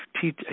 teach